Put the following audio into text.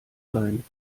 sein